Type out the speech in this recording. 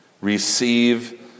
Receive